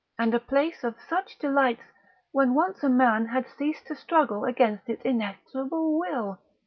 and a place of such delights when once a man had ceased to struggle against its inexorable will!